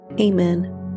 Amen